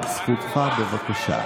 לזכותך, בבקשה.